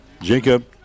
Jacob